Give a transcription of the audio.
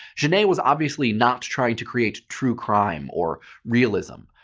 genet was obviously not trying to create true crime or realism.